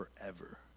forever